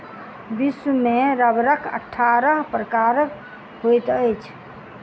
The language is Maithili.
विश्व में रबड़क अट्ठारह प्रकार होइत अछि